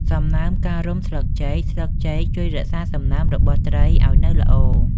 សំណើមការរុំស្លឹកចេកស្លឹកចេកជួយរក្សាសំណើមរបស់ត្រីឲ្យនៅល្អ។